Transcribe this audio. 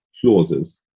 clauses